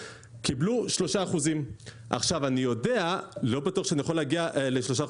קיבלו 3%. לא בטוח שאני יכול להגיע ל-3%,